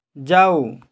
जाओ